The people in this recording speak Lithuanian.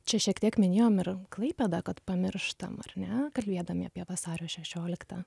čia šiek tiek minėjom ir klaipėdą kad pamirštam ar ne kalbėdami apie vasario šešioliktą